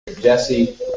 Jesse